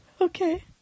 Okay